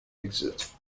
exit